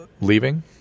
leaving